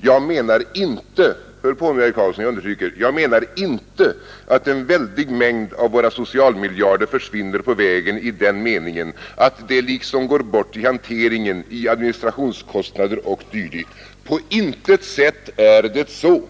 ”Jag menar inte” — hör på nu herr Karlsson! — ”att en väldig mängd av våra socialmiljarder försvinner på vägen i den meningen att de liksom går bort i hanteringen, i administrationskostnader o. d. På intet sätt är det så.